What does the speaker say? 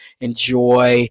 enjoy